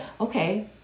okay